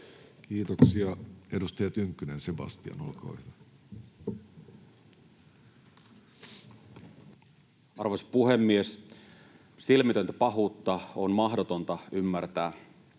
Kiitoksia. — Edustaja Tynkkynen, Sebastian, olkaa hyvä. Arvoisa puhemies! Silmitöntä pahuutta on mahdotonta ymmärtää.